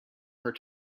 her